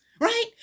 right